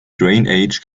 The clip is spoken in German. drainage